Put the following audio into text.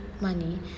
money